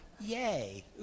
yay